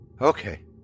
Okay